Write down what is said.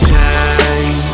time